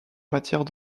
matière